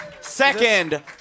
second